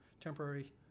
temporary